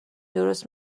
درست